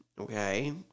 Okay